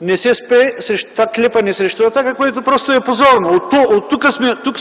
не спре това клепане срещу „Атака”, което е позорно. Тук